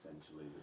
essentially